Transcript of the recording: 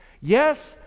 Yes